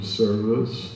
service